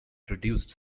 produced